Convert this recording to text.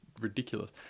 ridiculous